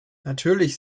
natürlich